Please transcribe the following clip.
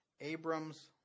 Abram's